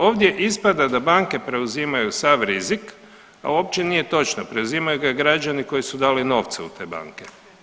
Ovdje ispada da banke preuzimaju sav rizik, a uopće nije točno, preuzimaju ga građani koji su dali novce u te banke.